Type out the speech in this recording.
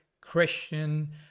Christian